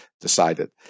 decided